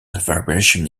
variation